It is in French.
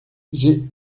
j’ai